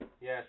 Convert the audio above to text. Yes